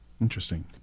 Interesting